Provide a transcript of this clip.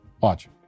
Watch